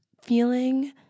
feeling